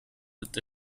with